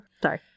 Sorry